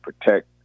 protect